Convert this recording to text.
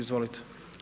Izvolite.